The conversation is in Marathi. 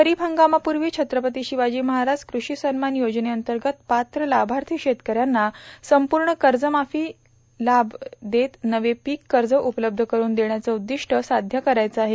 खरीप हंगामापूर्वी छत्रपती शिवाजी महाराज कृषी सन्मान योजनेअंतर्गत पात्र लाभार्थी शेतकऱ्यांना संपूर्ण कर्जमाफीचा लाभ देत नवे पीक कर्ज उपलब्ध करून देण्याचं उद्दिष्ट साध्य करायचं आहे